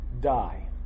die